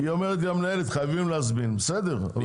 המנהלת אומרת שחייבים להזמין, בסדר.